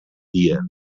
dia